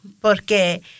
porque